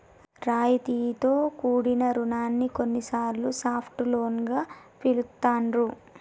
రాయితీతో కూడిన రుణాన్ని కొన్నిసార్లు సాఫ్ట్ లోన్ గా పిలుత్తాండ్రు